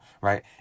right